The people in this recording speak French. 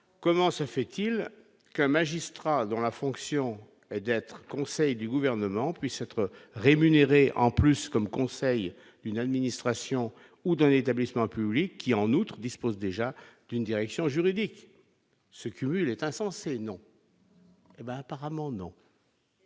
comment se fait-il qu'en magistrats, dont la fonction est d'être conseil du gouvernement puissent être rémunérés en plus comme conseil d'une administration ou d'un établissement public qui, en outre, dispose déjà d'une direction juridique ce cumul est insensé, non. Eh ben apparemment non.